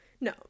No